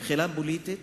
מבחינה פוליטית